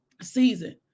season